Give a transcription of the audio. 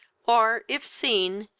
or, if seen,